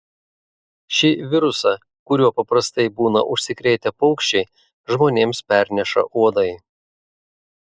šį virusą kuriuo paprastai būna užsikrėtę paukščiai žmonėms perneša uodai